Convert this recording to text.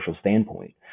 standpoint